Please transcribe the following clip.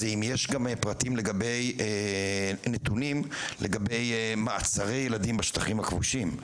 אם יש גם פרטים לגבי נתונים לגבי מעצרי ילדים בשטחים הכבושים,